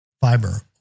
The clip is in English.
fiber